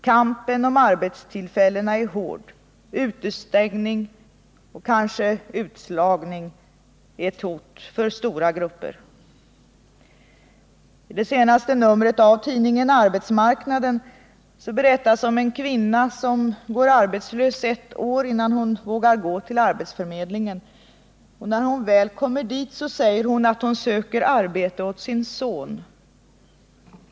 Kampen om arbetstillfällena är hård. Utestängning och kanske utslagning är ett hot för stora grupper. I senaste numret av tidningen Arbetsmarknaden berättas om en kvinna som går arbetslös ett år innan hon vågar gå till arbetsförmedlingen. När hon väl kommer dit säger hon att hon söker arbete åt sin son.